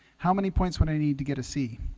how many points when i need to get a c